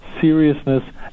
seriousness